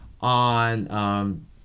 on